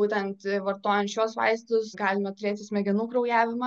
būtent vartojant šiuos vaistus galime turėti smegenų kraujavimą